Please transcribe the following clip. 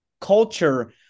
culture